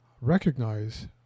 recognize